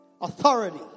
Authority